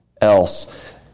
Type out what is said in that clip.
else